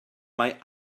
mae